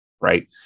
right